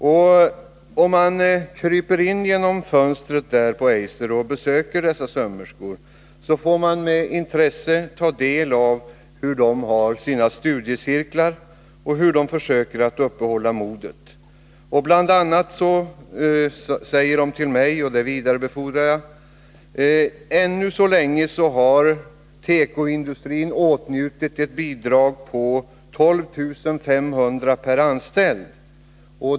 Om man kryper in genom ett fönster till Eiserfabriken och besöker dessa sömmerskor, får man ta del av hur de har ordnat studiecirklar och hur de försöker uppehålla modet. Till mig sade de bl.a. — och det vidarebefordrar jag: Ännu så länge har tekoindustrin åtnjutit ett bidrag på 12 500 kr. per anställd.